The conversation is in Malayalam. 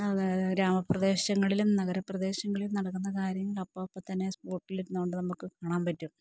അതായത് ഗ്രാമപ്രദേശങ്ങളിലും നഗരപ്രദേശങ്ങളിലും നടക്കുന്ന കാര്യങ്ങൾ അപ്പഴപ്പോള്ത്തന്നെ സ്പോട്ടിലിരുന്നുകൊണ്ട് നമുക്ക് കാണാന്പറ്റും